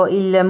il